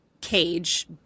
cage